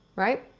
right?